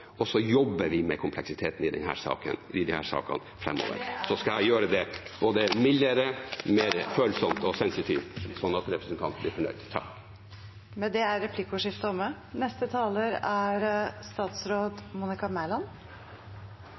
og så jobber vi med kompleksiteten i disse sakene framover. Så skal jeg gjøre det både mildere, mer følsomt og sensitivt, sånn at representanten blir fornøyd. Med det er replikkordskiftet omme.